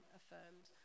affirmed